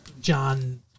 John